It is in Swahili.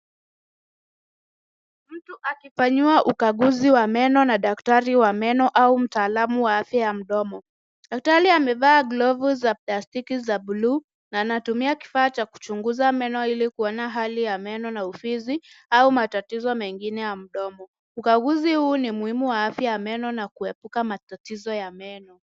Mtu akifanyiwa ukaguzi wa meno na daktari wa meno au mtaalamu wa afya ya mdomo. Daktari amevaa glovo za plastiki za blue na anatumia kifaa cha kuchunguza meno ili kuona hali ya meno na ufizi au matatizo mengine ya mdomo. Ukaguzi huu ni muhimu wa afya ya meno na kuepuka matatizo ya meno.